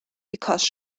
because